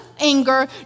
anger